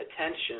attention